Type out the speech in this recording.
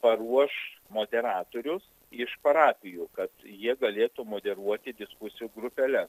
paruoš moderatorius iš parapijų kad jie galėtų moderuoti diskusijų grupeles